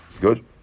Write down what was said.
Good